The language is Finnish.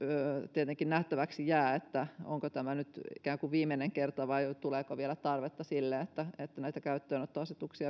tietenkin nähtäväksi jää onko tämä nyt viimeinen kerta vai tuleeko vielä tarvetta sille että että näitä käyttöönottoasetusten